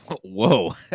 Whoa